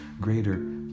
greater